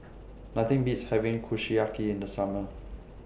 Nothing Beats having Kushiyaki in The Summer